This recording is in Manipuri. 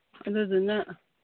ꯑꯗꯨꯗꯨꯅ